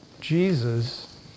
Jesus